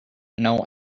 know